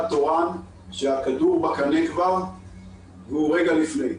תורן כשהכדור כבר בקנה והוא רגע לפני.